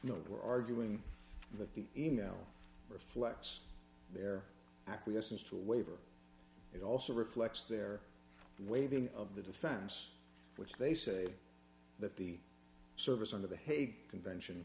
are arguing that the email reflects their acquiescence to a waiver it also reflects their waving of the defense which they say that the service under the hague convention